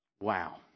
Wow